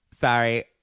Sorry